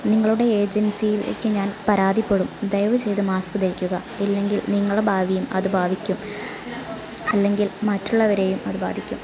നിങ്ങളുടെ ഏജൻസിയിലേക്ക് ഞാൻ പരാതിപ്പെടും ദയവ് ചെയ്ത് മാസ്ക് ധരിക്കുക ഇല്ലെങ്കിൽ നിങ്ങളെ ഭാവിയെയും അത് ബാധിക്കും അല്ലെങ്കിൽ മറ്റുള്ളവരേയും അത് ബാധിക്കും